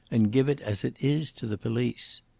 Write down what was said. and give it as it is to the police.